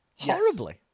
Horribly